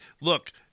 look